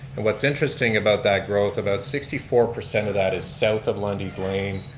and what's interesting about that growth about sixty four percent of that is south of lundy's lane,